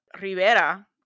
Rivera